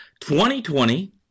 2020